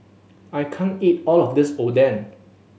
I can't eat all of this Oden